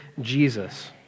Jesus